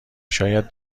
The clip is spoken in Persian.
شاید